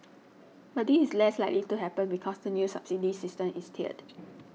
but this is less likely to happen because the new subsidy system is tiered